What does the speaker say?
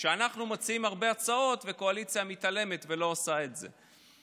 אנחנו מציעים הרבה הצעות והקואליציה מתעלמת ולא עושה את זה.